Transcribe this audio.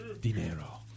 Dinero